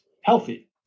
healthy